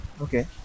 Okay